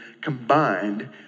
combined